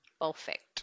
Perfect